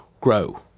grow